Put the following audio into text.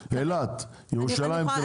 באילת, בירושלים ובתל אביב.